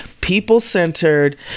people-centered